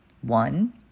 One